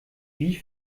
wie